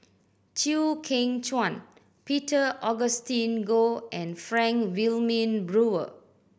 Chew Kheng Chuan Peter Augustine Goh and Frank Wilmin Brewer